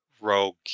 rogue